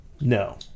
no